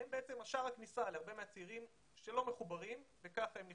שער הכניסה להרבה מהצעירים שלא מחוברים וכך הם נכנסים.